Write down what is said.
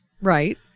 Right